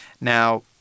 Now